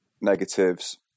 negatives